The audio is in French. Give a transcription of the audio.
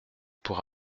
pour